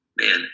man